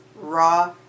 raw